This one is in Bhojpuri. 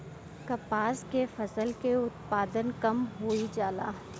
कपास के फसल के उत्पादन कम होइ जाला?